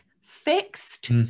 fixed